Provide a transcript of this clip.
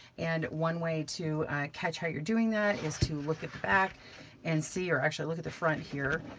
and one way to catch how you're doing that is to look at the back and see, or actually look at the front here,